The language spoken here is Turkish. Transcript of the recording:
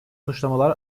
suçlamalar